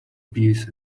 peace